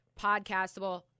Podcastable